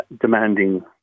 demanding